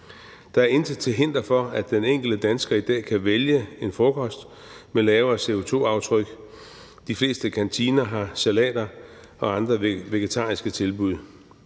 Der er intet til hinder for, at den enkelte dansker i dag kan vælge en frokost med et lavere CO2-aftryk. De fleste kantiner har salater og andre vegetariske tilbud,